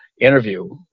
interview